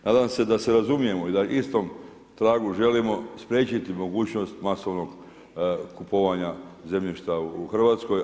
Nadam se da se razumijemo i da istom tragu želimo spriječiti mogućnost masovnog kupovanja zemljišta u Hrvatskoj.